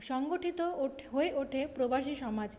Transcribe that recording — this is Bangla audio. সংগঠিত হয়ে ওঠে প্রবাসী সমাজ